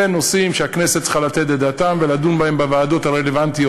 אלה נושאים שהכנסת צריכה לתת את דעתה ולדון בהם בוועדות הרלוונטיות.